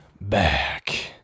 back